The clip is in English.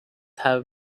have